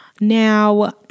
Now